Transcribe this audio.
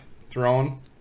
thrown